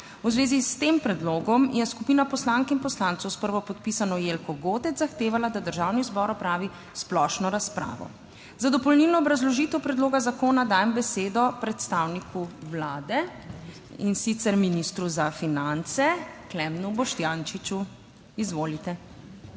V zvezi s tem predlogom je skupina poslank in poslancev s prvopodpisano Jelko Godec zahtevala, da Državni zbor opravi splošno razpravo. Za dopolnilno obrazložitev predloga zakona dajem besedo predstavniku Vlade, in sicer ministru za finance Klemnu Boštjančiču. Izvolite.